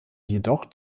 jedoch